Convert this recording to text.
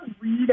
read